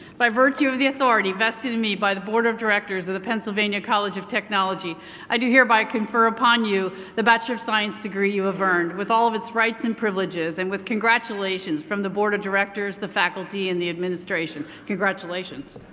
by virtue of the authority vested in me by the board of directors of the pennsylvania college of technology i do hereby confer upon you the bachelor of science degree you have earned, with all of its rights and privileges and with congratulations from the board of directors, the faculty and the administration. congratulations.